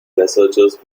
researchers